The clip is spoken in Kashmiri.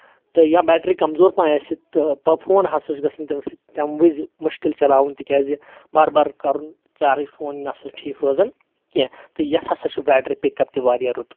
تہٕ یا بیٹری کَمزور پَہم آسہِ تہٕ فون ہسا چھُ گژھان تَمہِ سۭتۍ تَمہِ وِزِ مُشکِل چلاوُن تِکیازِ بار بار کَرُن چارٕج فون یہِ نہ سا چھُ نہٕ ٹھیٖک روزان کیٚنٛہہ یَتھ ہسا چُھ بیٹری پِک اَپ تہِ واریاہ رُت